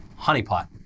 Honeypot